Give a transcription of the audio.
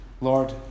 Lord